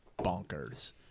bonkers